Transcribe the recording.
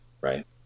right